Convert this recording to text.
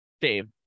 Dave